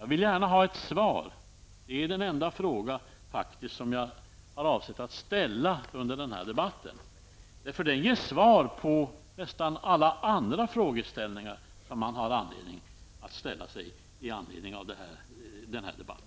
jag vill understryka att jag gärna vill ha ett svar på den frågan. Det är faktiskt den enda fråga som jag avsåg att ställa i samband med den här debatten. Ett svar på denna fråga täcker nämligen in nästan alla frågor som det finns anledning att ställa i anledning av den här debatten.